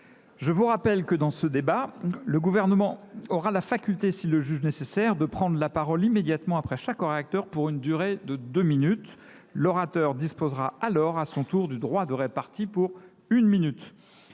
Je vous rappelle que, dans ce débat, le Gouvernement aura la faculté, s’il le juge nécessaire, de prendre la parole immédiatement après chaque orateur pour une durée de deux minutes ; l’orateur disposera alors à son tour du droit de répartie, pour une minute.